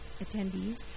attendees